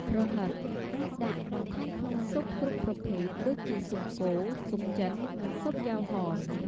ប្រហិតអាចដាក់ អាចបន្ថែមក្នុងស៊ុបគ្រប់ប្រភេទ ដូចជាស៊ុបគោ ស៊ុបចិន និងស៊ុបយ៉ាវហន។